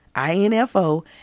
info